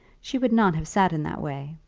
she would not have sat in that way,